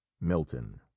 Milton